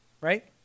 right